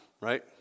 right